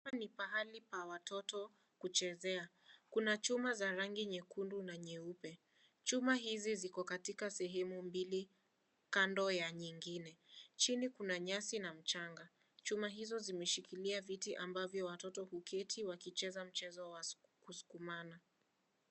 Hapa ni pahali pa watoto kuchezea. Kuna chuma za rangi nyekundu na nyeupe. Chuma hizi ziko katika sehamu mbili kando ya nyingine. Chini kuna nyasi na mchanga. Chuma hizo zimeshikilia viti ambavyo watoto huketi wakicheza mcheza wa kusukumana.